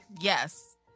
Yes